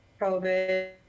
COVID